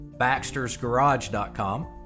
baxtersgarage.com